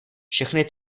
všechny